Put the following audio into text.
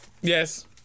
Yes